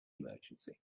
emergency